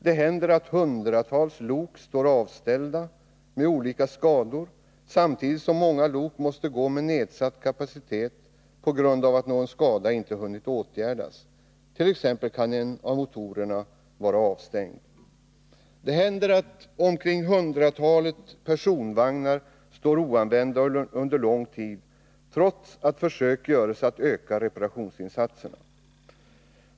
Det händer att hundratals lok står avställda med olika skador, samtidigt som många lok måste gå med nedsatt kapacitet på 89 grund av att någon skada inte hunnit åtgärdas — en av motorerna kan t.ex. vara avstängd. Det händer att omkring hundratalet personvagnar står oanvända under lång tid, trots att försök görs att öka reparationsinsatserna.